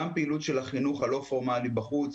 גם פעילות של החינוך הלא פורמלי בחוץ,